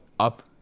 Up